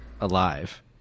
alive